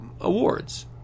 awards